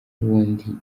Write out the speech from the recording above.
ubundi